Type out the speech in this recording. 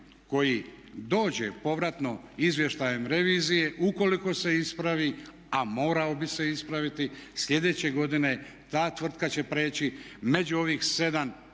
koji dođe povratno izvještajem revizije, ukoliko se ispravi a morao bi se ispraviti sljedeće godine ta tvrtka će prijeći među ovih 7